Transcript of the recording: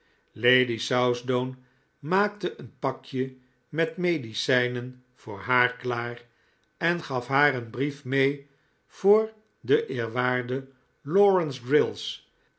lady southdown maakte een pakje met medicijnen voor haar klaar en gaf haar een brief mee voor den eerwaarden lawrence grills